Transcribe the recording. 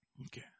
Okay